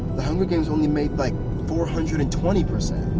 the hunger games only made like four hundred and twenty percent.